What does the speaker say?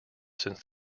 since